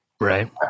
Right